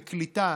קליטה